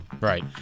Right